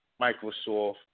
Microsoft